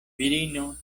virino